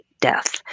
death